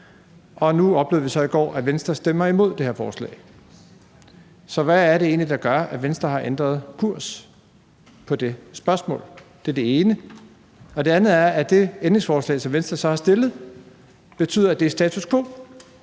Og nu oplevede vi så i går, at Venstre stemmer imod det her forslag. Så hvad er det egentlig, der gør, at Venstre har ændret kurs på det spørgsmål? Det er det ene. Det andet er, at det ændringsforslag, som Venstre så har stillet, betyder, at det er status quo.